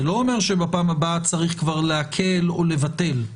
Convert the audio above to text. זה לא אומר שבפעם הבאה צריך כבר להקל או לבטל.